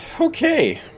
Okay